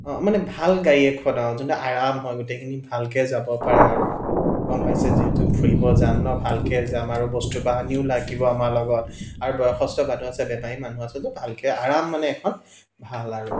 অঁ মানে ভাল গাড়ী এখন আৰু যোনটো আৰাম হয় গোটেইখিনি ভালকৈ যাব পাৰে আৰু গম পাইছে যিহেতু ফুৰিব যাম ন ভালকৈ যাম আৰু বস্তু বাহানিও লাগিব আমাৰ লগত আৰু বয়সস্থ মানুহ আছে বেমাৰী মানুহ আছে ভালকৈ আৰাম মানে এখন ভাল আৰু